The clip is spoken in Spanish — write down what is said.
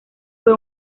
fue